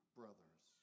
brothers